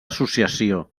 associació